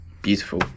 beautiful